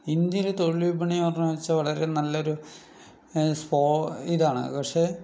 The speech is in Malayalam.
ഇന്ത്യയിൽ തൊഴിൽ വിപണി എന്ന് പറഞ്ഞാച്ചാൽ വളരെ നല്ലൊരു സ്പോ ഇതാണ് പക്ഷെ